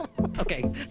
Okay